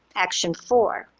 action four,